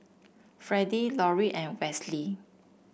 Freddie Lorie and Westley